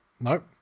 Nope